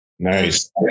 Nice